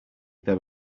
there